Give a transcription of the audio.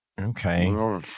okay